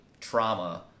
trauma